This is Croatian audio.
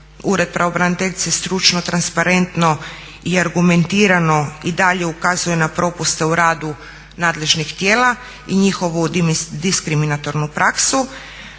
Ured pravobraniteljice stručno, transparentno i argumentirano i dalje ukazuje na propuste u radu nadležnih tijela i njihovu diskriminatornu praksu